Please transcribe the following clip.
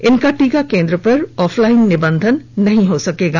इनका टीका केंद्र पर ऑफलाइन निबंधन नहीं होगा